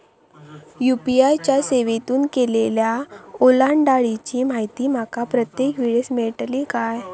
UPI च्या सेवेतून केलेल्या ओलांडाळीची माहिती माका प्रत्येक वेळेस मेलतळी काय?